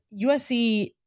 USC